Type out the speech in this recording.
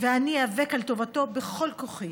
ואני איאבק על טובתו בכל כוחי.